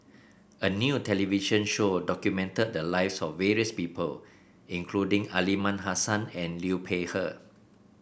a new television show documented the lives of various people including Aliman Hassan and Liu Peihe